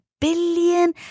billion